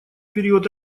период